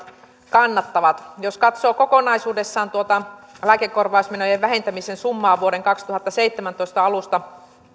kannattavat jos katsoo kokonaisuudessaan tuota lääkekorvausmenojen vähentämisen summaa vuoden kaksituhattaseitsemäntoista alusta